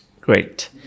Great